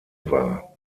war